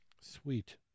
Sweet